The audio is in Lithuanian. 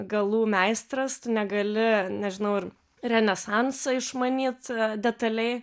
galų meistras tu negali nežinau ir renesansą išmanyt detaliai